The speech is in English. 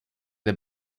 the